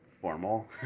formal